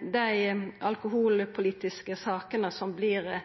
dei alkoholpolitiske sakene som vert